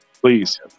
please